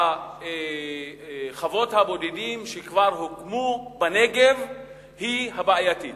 חוות הבודדים שכבר הוקמו בנגב היא הבעייתית.